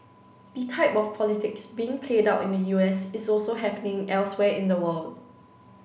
the type of politics being played out in the U S is also happening elsewhere in the world